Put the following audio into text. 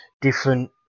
different